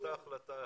אותה החלטה,